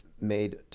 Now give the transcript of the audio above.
made